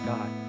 God